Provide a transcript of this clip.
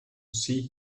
see